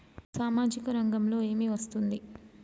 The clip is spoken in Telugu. సామాజిక రంగంలో ఏమి వస్తుంది?